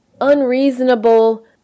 unreasonable